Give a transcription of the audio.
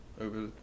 over